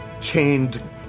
chained